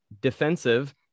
defensive